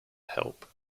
help